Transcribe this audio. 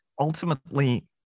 Ultimately